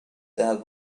that